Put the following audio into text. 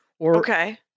Okay